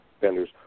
vendors